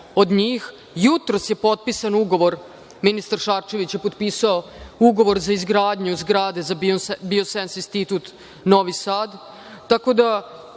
od njih. Jutros je potpisan Ugovor, ministar Šarčević je potpisao Ugovor za izgradnju zgrade za „Biosens“ institut Novi Sad. Čini mi